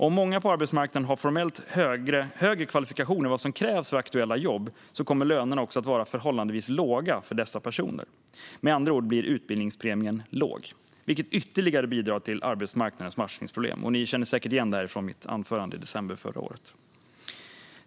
Om många på arbetsmarknaden har formellt högre kvalifikationer än vad som krävs för aktuella jobb kommer lönerna att vara förhållandevis låga för dessa personer. Med andra ord blir utbildningspremien låg, vilket ytterligare bidrar till arbetsmarknadens matchningsproblem. Ni känner säkert igen detta från mitt anförande i december förra året.